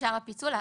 אושר הפיצול.